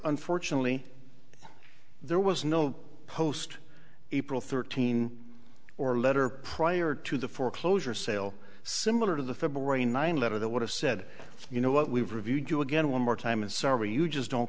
unfortunately there was no post april thirteen or letter prior to the foreclosure sale similar to the february ninth letter that would have said you know what we've reviewed you again one more time and sorry you just don't